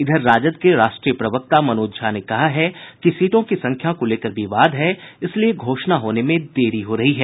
इधर राजद के राष्ट्रीय प्रवक्ता मनोज झा ने कहा है कि सीटों की संख्या को लेकर विवाद है इसलिए घोषणा होने में देरी हो रही है